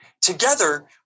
Together